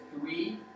three